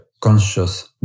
conscious